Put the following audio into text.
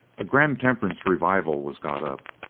a grand temperance revival was got up,